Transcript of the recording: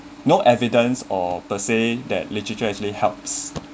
no evidence or per se that literature actually helps